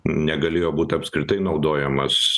negalėjo būt apskritai naudojamas